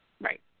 Right